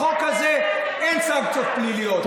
בחוק הזה אין סנקציות פליליות.